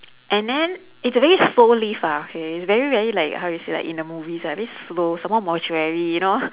and then it's a very slow lift ah okay it's very very like how you say like in the movies ah very slow some more mortuary you know